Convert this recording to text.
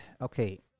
okay